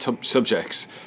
subjects